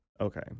Okay